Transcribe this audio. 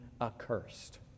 accursed